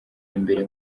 imbere